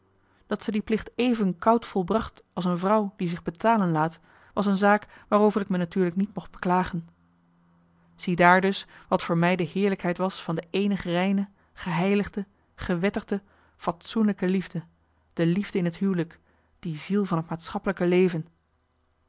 dat ze die plicht even koud volbracht als een vrouw die zich betalen laat was een zaak waarover ik me natuurlijk niet mocht beklagen ziedaar dus wat voor mij de heerlijkheid was van de eenig reine geheiligde gewettigde fatsoenlijke liefde de liefde in het huwelijk die ziel van het maatschappelijke leven